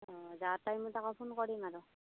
অঁ যোৱা টাইমত আকৌ ফোন কৰিম আৰু